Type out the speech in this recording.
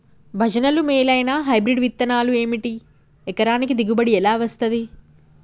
భజనలు మేలైనా హైబ్రిడ్ విత్తనాలు ఏమిటి? ఎకరానికి దిగుబడి ఎలా వస్తది?